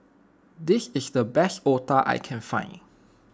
this is the best Otah I can find